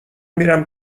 میرم